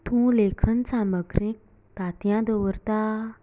तूं लेखन साुमग्री तांतयां दवरता